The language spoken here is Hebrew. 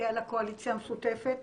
על הקואליציה המשותפת